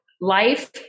life